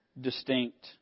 distinct